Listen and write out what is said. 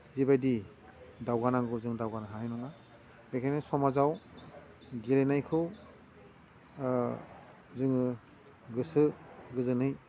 जिबायदि दावगानांगौ जों दावगानो हानाय नङा बेखायनो समाजाव गेलेनायखौ जोङो गोसो गोजोनै